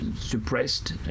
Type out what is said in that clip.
suppressed